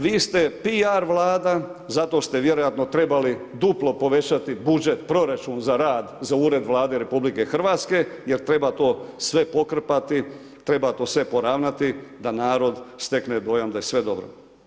Vi ste PR Vlada zato ste vjerojatno trebali duplo povećati budžet, proračun za rad, za ured Vlade RH jer treba to sve pokrpati, treba to sve poravnati da narod stekne dojam da je sve dobro.